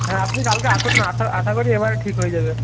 হ্যাঁ আপনি কালকে আসুন না আশা আশা করি এবারে ঠিক হয়ে যাবে